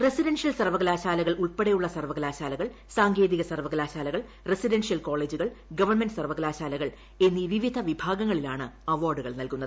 residential സർവകലാശാലകൾ ഉൾപ്പെടെയുള്ള സർവകലാശാലകൾ സാങ്കേതിക സർവകലാശാലകൾ റസിഡൻഷ്യൽ കോളേജുകൾ ഗവൺമെന്റ് സർവകലാശാലകൾ എന്നീ വിവിധ വിഭാഗങ്ങളിലാണ് അവാർഡുകൾ നൽകുന്നത്